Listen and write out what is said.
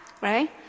right